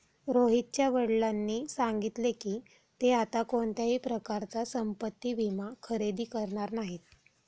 रोहितच्या वडिलांनी सांगितले की, ते आता कोणत्याही प्रकारचा संपत्ति विमा खरेदी करणार नाहीत